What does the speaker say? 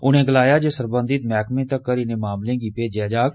उनें गलाया जे सरबंघत मैह्कमे तगर इनें मामलें गी भेजेआ जाग